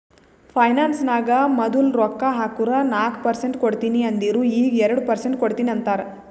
finance ನಾಗ್ ಮದುಲ್ ರೊಕ್ಕಾ ಹಾಕುರ್ ನಾಕ್ ಪರ್ಸೆಂಟ್ ಕೊಡ್ತೀನಿ ಅಂದಿರು ಈಗ್ ಎರಡು ಪರ್ಸೆಂಟ್ ಕೊಡ್ತೀನಿ ಅಂತಾರ್